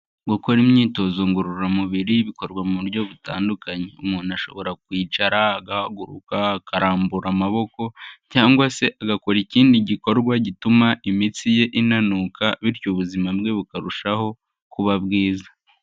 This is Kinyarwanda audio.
Gukora imyitozo ngororamubiri bikorwa mu buryo butandukanye. Umuntu ashobora kwicara agahaguruka, akarambura amaboko cyangwa se agakora ikindi gikorwa gituma imitsi ye inanuka bityo ubuzima bwe bukarushaho kuba bwiza.